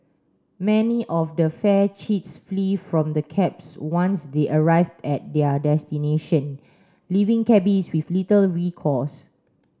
many of the fare cheats flee from the cabs once they arrive at their destination leaving cabbies with little recourse